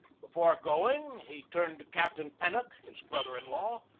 before going, he turned to captain pen nock, his brother-in-law,